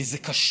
כי זה קשה,